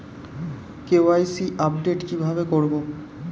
KYC update কি ভাবে করবো?